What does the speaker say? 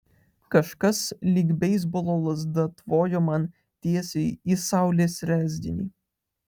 kažkas lyg beisbolo lazda tvojo man tiesiai į saulės rezginį